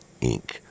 Inc